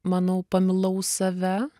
manau pamilau save